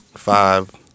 Five